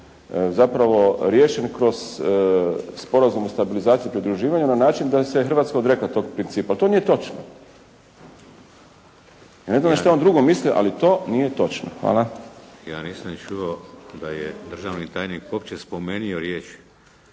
zapravo riješen kroz Sporazum o stabilizaciji i pridruživanju na način da se Hrvatska odrekla tog principa. To nije točno. Ja ne znam šta je on drugo mislio. Ali to nije točno. Hvala. **Šeks, Vladimir (HDZ)** Ja nisam čuo da je državni tajnik uopće spomenuo riječ